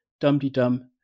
Dum-de-dum